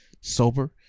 sober